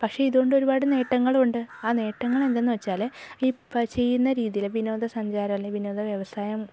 പക്ഷേ ഇതുകൊണ്ട് ഒരുപാട് നേട്ടങ്ങളും ഉണ്ട് ആ നേട്ടങ്ങളെന്തെന്നു വെച്ചാൽ ഇപ്പം ചെയ്യുന്ന രീതിയിൽ വിനോദസഞ്ചാരം അല്ലെങ്കിൽ വിനോദവ്യവസായം